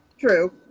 True